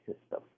system